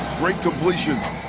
great completion.